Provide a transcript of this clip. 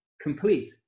complete